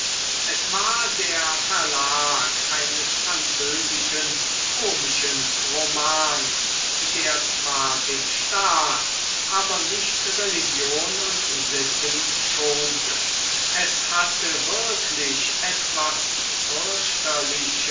es war der verlag eines französischen komischen romans der zwar den staat aber nicht religion und sitten schonte es hatte wirklich etwas fürchterliches